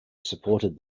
supported